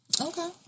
Okay